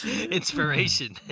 inspiration